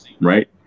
right